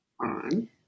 on